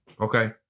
okay